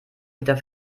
wieder